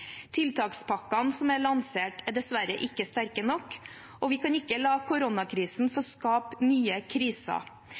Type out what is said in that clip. Tiltakspakkene som er lansert, er dessverre ikke sterke nok, og vi kan ikke la koronakrisen få